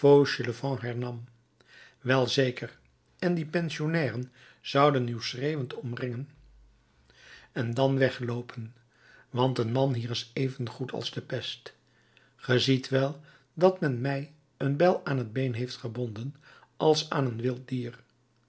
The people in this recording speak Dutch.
wel zeker en die pensionnairen zouden u schreeuwend omringen en dan wegloopen want een man hier is even goed als de pest ge ziet wel dat men mij een bel aan t been heeft gebonden als aan een wild dier